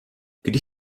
když